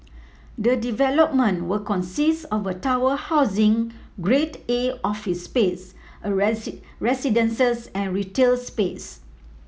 the development will consist of a tower housing Grade A office space residences and retail space